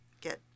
get